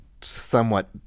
somewhat